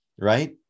right